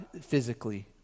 physically